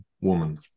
woman